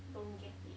don't get it